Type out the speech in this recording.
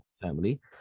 family